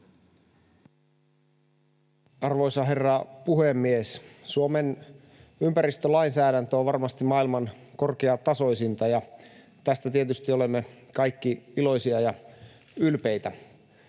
Arvoisa herra puhemies! Suomen ympäristölainsäädäntö on varmasti maailman korkeatasoisinta, ja tästä tietysti olemme kaikki iloisia ja ylpeitä.